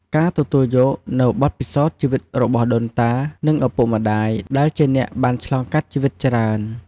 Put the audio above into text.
ការទទួលយកនូវបទពិសោធន៍ជីវិតរបស់ដូនតា និងឪពុកម្តាយ ដែលជាអ្នកដែលបានឆ្លងកាត់ជីវិតច្រើន។